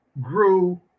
grew